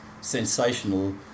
sensational